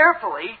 carefully